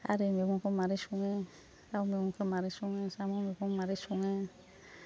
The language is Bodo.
खारै मैगंखौ माबोरै सङो दाउ मैगंखौ माबोरै सङो साम' मैगं माबोरै सङो